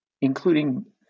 including